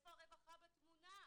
איפה הרווחה בתמונה,